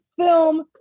film